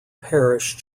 parish